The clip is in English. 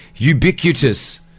Ubiquitous